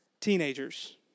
teenagers